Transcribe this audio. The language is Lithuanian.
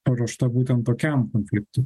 paruošta būtent tokiam konfliktui